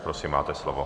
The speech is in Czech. Prosím, máte slovo.